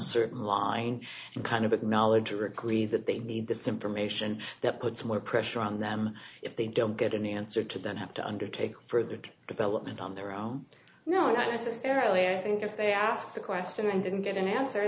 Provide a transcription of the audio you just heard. line and kind of acknowledge rickly that they need this information that puts more pressure on them if they don't get an answer to then have to undertake further development on their own no not necessarily i think if they asked the question and didn't get an answer